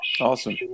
Awesome